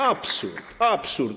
Absurd. Absurd.